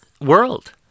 world